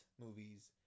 movies